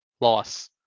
loss